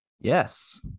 Yes